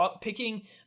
picking